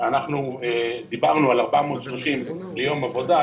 אנחנו דיברנו על 430 שקל ליום עבודה.